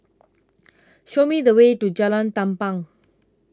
show me the way to Jalan Tampang